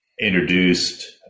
introduced